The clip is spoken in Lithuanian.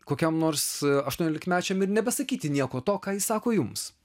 kokiam nors aštuoniolikmečiam ir nebesakyti nieko to ką jis sako jums